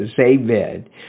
Amen